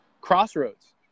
crossroads